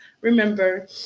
remember